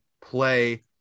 play